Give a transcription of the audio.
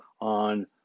on